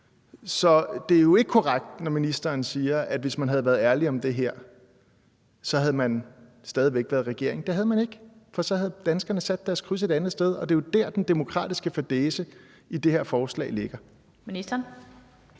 Så det er jo ikke korrekt, når ministeren siger, at hvis man havde været ærlig om det her, havde man stadig væk været i regering. Det havde man ikke, for så havde danskerne sat deres kryds et andet sted, og det er jo der, den demokratiske fadæse i det her forslag ligger. Kl.